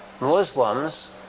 Muslims